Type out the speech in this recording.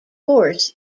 force